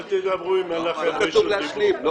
אל תדברו אם אין לכם רשות דיבור.